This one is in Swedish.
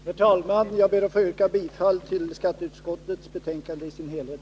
Herr talman! Jag ber att få yrka bifall till skatteutskottets hemställan i dess helhet.